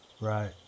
Right